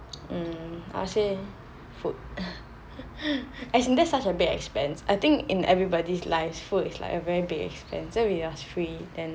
mm I will say food as in that is such an bit expense I think in everybody's life food is like a very big expense so if it was free then